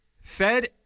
Fed